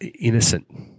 innocent